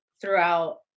throughout